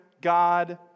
God